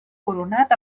coronat